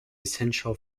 essential